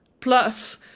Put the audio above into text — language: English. plus